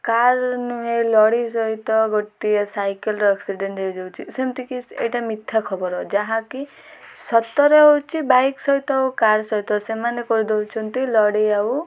car ନୁହେଁ lorry ସହିତ ଗୋଟିଏ ସାଇକେଲ୍ର ଆକ୍ସିଡ଼େଣ୍ଟ୍ ହେଇଯାଉଛି ସେମିତିକି ଏଇଟା ମିଥ୍ୟା ଖବର ଯାହାକି ସତରେ ହେଉଛି ବାଇକ୍ ସହିତ ଆଉ କାର୍ ସହିତ ସେମାନେ କରିଦେଉଛନ୍ତି ଲଢ଼େଇ ଆଉ